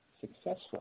successful